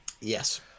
Yes